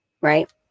right